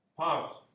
path